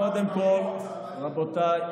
עכשיו, קודם כול, רבותיי,